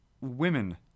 women